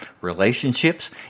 relationships